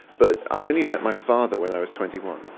but i only met my father when i was twenty one,